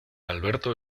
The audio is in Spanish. alberto